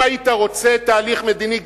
אם היית רוצה תהליך מדיני,